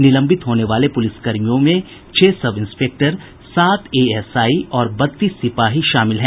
निलंबित होने वाले पुलिस कर्मियों में छह सब इंस्पेक्टर सात एएसआई और बत्तीस सिपाही शामिल हैं